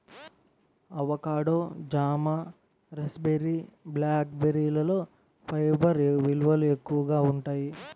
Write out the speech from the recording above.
avocado, జామ, raspberry, black బెర్రీలలో fibre విలువలు ఎక్కువగా ఉంటాయి